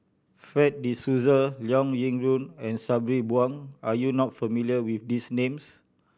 Fred De Souza Liao Yingru and Sabri Buang are you not familiar with these names